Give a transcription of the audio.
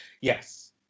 Yes